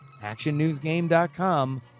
actionnewsgame.com